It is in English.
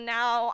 now